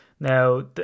Now